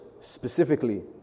specifically